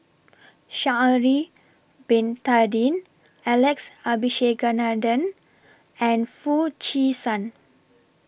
Sha'Ari Bin Tadin Alex Abisheganaden and Foo Chee San